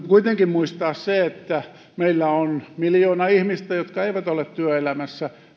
kuitenkin muistaa se että meillä on miljoona ihmistä jotka eivät ole työelämässä